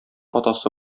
атасы